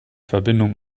verbindung